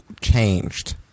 changed